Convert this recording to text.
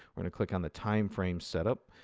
we're going to click on the time frame setup,